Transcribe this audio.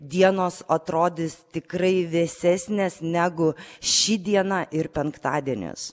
dienos atrodys tikrai vėsesnės negu ši diena ir penktadienis